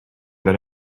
than